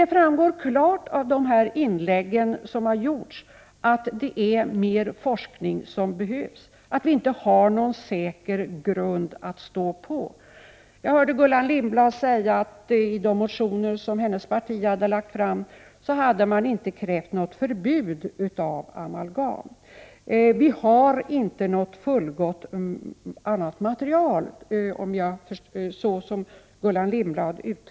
Det framgår klart av de inlägg som gjorts här i dag att det behövs mer forskning, eftersom vi inte har någon säker grund att stå på. Jag hörde Gullan Lindblad säga att i de motioner som hennes parti framlagt hade förbud mot amalgam inte krävts. Vi har inte något fullgott annat material, uttryckte sig Gullan Lindblad.